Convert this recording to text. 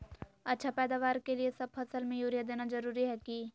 अच्छा पैदावार के लिए सब फसल में यूरिया देना जरुरी है की?